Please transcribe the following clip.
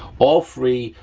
all free,